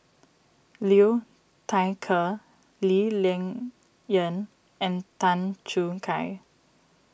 Liu Thai Ker Lee Ling Yen and Tan Choo Kai